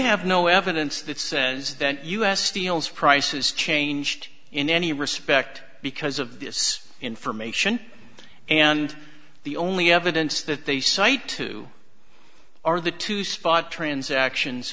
have no evidence that says that u s steel's prices changed in any respect because of this information and the only evidence that they cite two are the two spot transactions